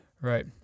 Right